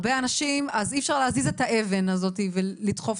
ברמה הזאת אנחנו נמצאים ונמצאות.